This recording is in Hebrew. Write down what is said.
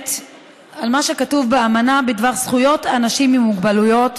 נשענת על מה שכתוב באמנה בדבר זכויות אנשים עם מוגבלויות,